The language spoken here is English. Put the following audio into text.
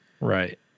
Right